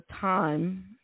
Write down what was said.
time